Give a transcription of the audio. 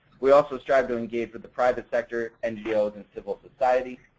we also strive to engage to the private sector and yield in civil society.